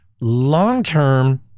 long-term